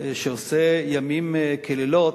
ברשות יושב-ראש הישיבה, הנני מתכבד להודיע,